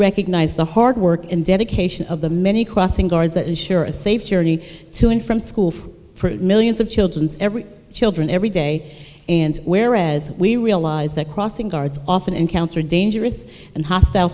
recognize the hard work and dedication of the many crossing guards that ensure a safe journey to and from school for millions of children every children every day and whereas we realize that crossing guards often encountered dangerous and hostile